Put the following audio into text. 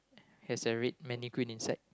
has a red mannequin inside